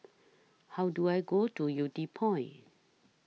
How Do I Go to Yew Tee Point